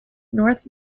north